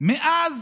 מאז